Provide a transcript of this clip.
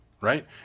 right